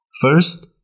First